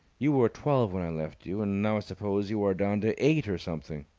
you were a twelve when i left you, and now i suppose you are down to eight or something.